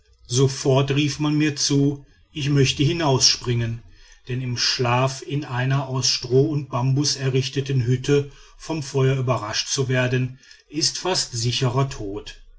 sofort rief man mir zu ich möchte hinausspringen denn im schlaf in einer aus stroh und bambus errichteten hütte vom feuer überrascht zu werden ist fast sicherer tod